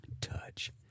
touch